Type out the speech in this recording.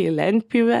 į lentpjūvę